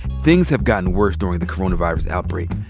things have gotten worse during the coronavirus outbreak.